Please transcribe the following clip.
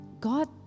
God